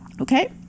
okay